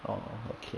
orh okay